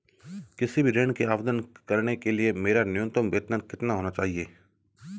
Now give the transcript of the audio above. किसी भी ऋण के आवेदन करने के लिए मेरा न्यूनतम वेतन कितना होना चाहिए?